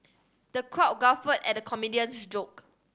the crowd guffawed at the comedian's joke